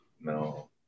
No